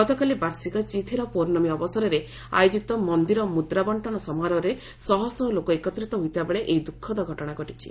ଗତକାଲି ବାର୍ଷିକ 'ଚିଥିରା ପୌର୍ଣ୍ଣମୀ' ଅବସରରେ ଆୟୋଜିତ ମନ୍ଦିର ମୁଦ୍ରା ବଣ୍ଟନ ସମାରୋହରେ ଶହ ଶହ ଲୋକ ଏକତ୍ର ହୋଇଥିବା ବେଳେ ଏହି ଦୁଃଖଦ ଘଟଣା ଘଟିଛି